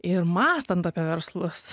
ir mąstant apie verslus